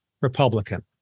Republican